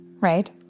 right